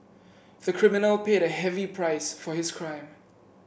the criminal paid a heavy price for his crime